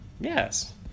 yes